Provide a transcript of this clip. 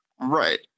right